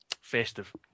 festive